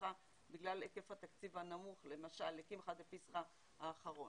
למשפחה בגלל היקף התקציב הנמוך למשל לקמחא דפסחא האחרון.